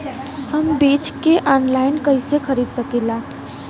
हम बीज के आनलाइन कइसे खरीद सकीला?